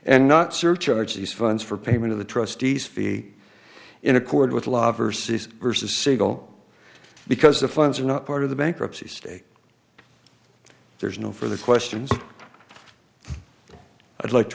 and not surcharge these funds for payment of the trustees be in accord with the law versus versa sigel because the funds are not part of the bankruptcy state there's no further questions i'd like to